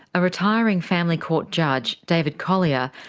a retiring family court judge, david collier,